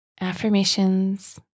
Affirmations